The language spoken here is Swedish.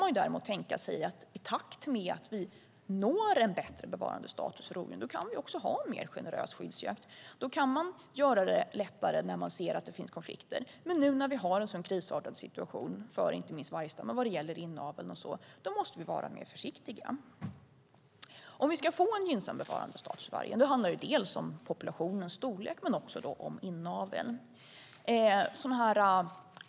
I takt med att vi når en bättre bevarandestatus för rovdjuren kan vi också ha en mer generös skyddsjakt. Då kan man göra det lättare när man ser att det finns konflikter. Men nu när vi har en sådan krisartad situation för inte minst vargstammen vad gäller inavel och så måste vi vara mer försiktiga. Att få till en mer gynnsam bevarandestatus handlar dels om populationens storlek, dels om inaveln.